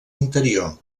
interior